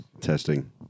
Testing